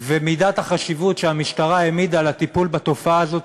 ומידת החשיבות שהמשטרה העמידה לטיפול בתופעה הזו,